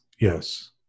Yes